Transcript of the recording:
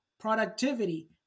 productivity